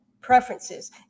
preferences